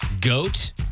Goat